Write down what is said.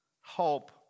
Hope